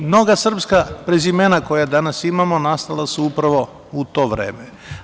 Mnoga srpska prezimena koja danas imamo, nastala su upravo u to vreme.